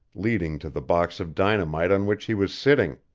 leading to the box of dynamite on which he was sitting!